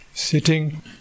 sitting